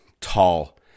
tall